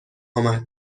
آمد